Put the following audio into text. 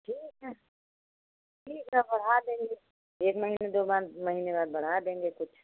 ठीक है ठीक है और बढ़ा देंगे एक महीने दो बाद महीने बाद बढ़ा देंगे कुछ